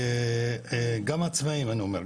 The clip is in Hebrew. גם הצבאי אני אומר,